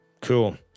Cool